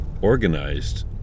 organized